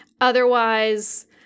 Otherwise